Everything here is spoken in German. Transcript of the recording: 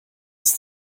ist